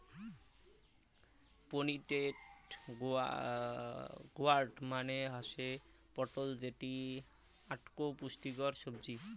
pointed gourd মানে হসে পটল যেটি আকটো পুষ্টিকর সাব্জি